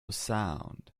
sound